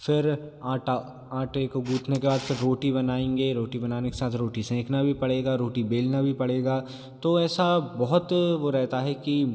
फिर आटा आटे को गूँथने के बाद फिर रोटी बनाएँगे रोटी बनाने के साथ रोटी सेंकना भी पड़ेगा रोटी बेलना भी पड़ेगा तो ऐसा बहुत वो रहता है कि